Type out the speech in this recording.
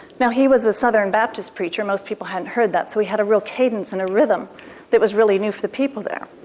now he was a southern baptist preacher, most people hadn't heard that, so he had a real cadence and a rhythm that was really new for people there.